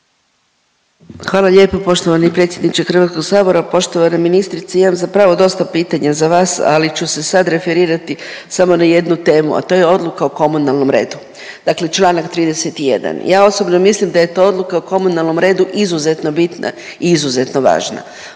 Hvala lijepo poštovani predsjedniče Hrvatskog sabora. Poštovana ministrice imam zapravo dosta pitanja za vas, ali ću se sad referirati samo na jednu temu, a to je odluka o komunalnom redu, dakle Članak 31. Ja osobno mislim da je ta odluka o komunalnom redu izuzetno bitna i izuzetno važna.